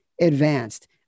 advanced